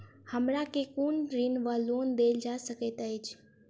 हमरा केँ कुन ऋण वा लोन देल जा सकैत अछि?